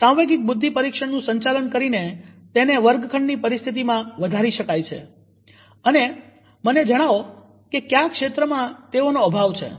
સાંવેગિક બુદ્ધિ પરીક્ષણનું સંચાલન કરીને તેને વર્ગખંડની પરિસ્થિતિમાં વધારી શકાય છે અને મને જણાવો કે ક્યા ક્ષેત્રમાં તેઓનો અભાવ છે